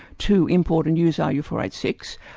to import and use r u four eight six,